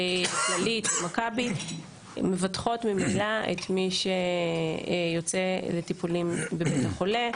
כללית ומכבי מבטחות ממילא את מי שיוצא לטיפולים בבית החולה.